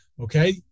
Okay